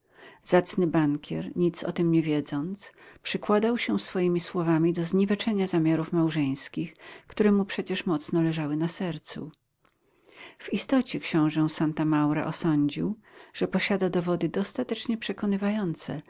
zacny bankier nic o tym nie wiedząc przykładał się swoimi słowami do zniweczenia zamiarów małżeńskich które mu przecież mocno leżały na sercu w istocie książę santa maura osądził że posiada dowody dostatecznie przekonywające iż